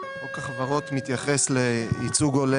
חוק החברות מתייחס לייצוג הולם.